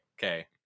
okay